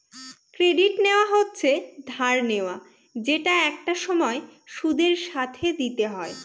credit নেওয়া হচ্ছে ধার নেওয়া যেটা একটা সময় সুদের সাথে দিতে হয়